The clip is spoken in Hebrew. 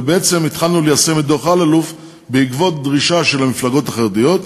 ובעצם התחלנו ליישם את דוח אלאלוף בעקבות דרישה של המפלגות החרדיות,